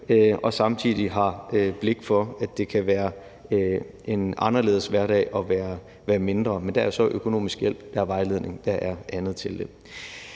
og samtidig har blik for, at det kan være en anderledes hverdag, når man er mindre. Men der er jo så økonomisk hjælp, der er vejledning, og der er andet til det.